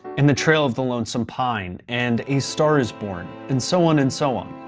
and the trail of the lonesome pine, and a star is born, and so on and so on.